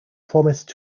promised